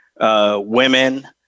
women